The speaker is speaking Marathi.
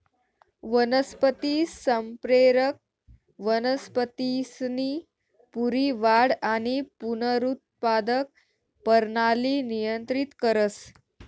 वनस्पती संप्रेरक वनस्पतीसनी पूरी वाढ आणि पुनरुत्पादक परणाली नियंत्रित करस